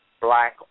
Black